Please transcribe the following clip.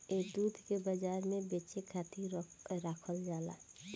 ए दूध के बाजार में बेचे खातिर राखल जाला